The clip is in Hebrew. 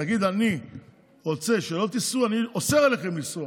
תגיד: אני רוצה שלא תיסעו, אני אוסר עליכם לנסוע.